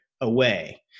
away